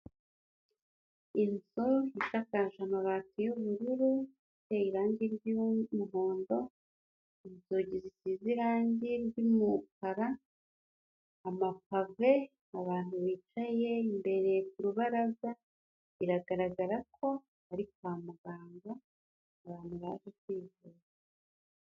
Inzu ishakakaje amabati y'ubururu, iteye irangi ry'umuhondo, inzugi zigize irangi ry'umukara, amapave, abantu bicaye imbere ku rubaraza biragaragara ko ari kwa muganga abantu baje kwivuza.